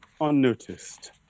unnoticed